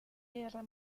guerra